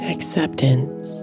acceptance